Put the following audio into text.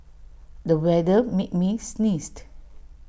the weather made me sneeze